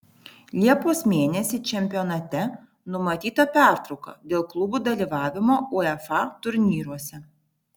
liepos mėnesį čempionate numatyta pertrauka dėl klubų dalyvavimo uefa turnyruose